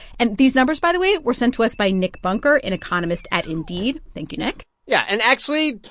and these numbers, by the way, were sent to us by nick bunker, an economist at indeed. thank you, nick yeah. and actually,